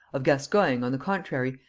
of gascoigne, on the contrary,